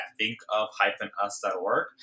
thinkof-us.org